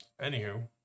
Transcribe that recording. Anywho